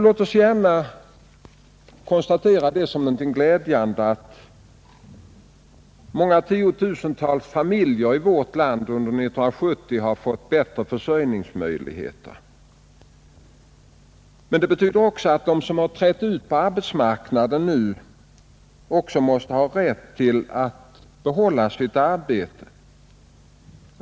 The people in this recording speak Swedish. Låt oss konstatera som någonting glädjande att tiotusentals familjer i vårt land under 1970 har fått bättre försörjningsmöjligheter. Men de som trätt ut på arbetsmarknaden måste nu ha rätt att behålla sitt arbete.